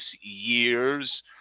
year's